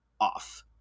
off